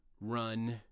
run